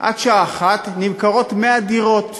עד השעה 13:00 נמכרות 100 דירות.